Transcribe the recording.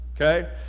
Okay